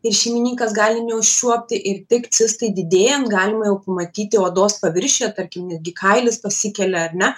ir šeimininkas gali neužčiuopti ir tik cistai didėjant galima jau pamatyti odos paviršiuje tarkim netgi kailis pasikelia ar ne